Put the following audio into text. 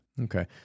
Okay